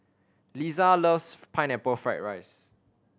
Liza loves Pineapple Fried rice